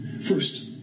First